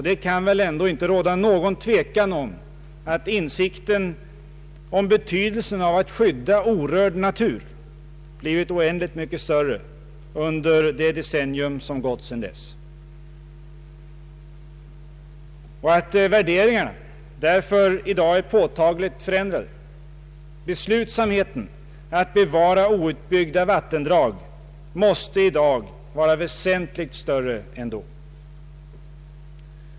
Det kan väl ändå inte råda någon tvekan om att insikten om bety delsen av att skydda orörd natur blivit oändligt mycket större under det decennium som gått sedan dess och att värderingarna därför i dag är påtagligt förändrade. Beslutsamheten när det gäller att bevara outbyggda vattendrag måste i dag vara väsentligt större än då.